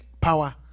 power